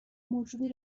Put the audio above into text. موجودی